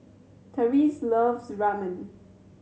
Tyrese loves Ramen